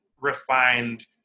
refined